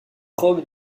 robe